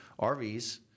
RVs